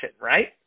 right